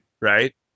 Right